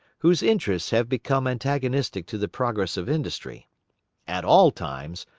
whose interests have become antagonistic to the progress of industry at all times,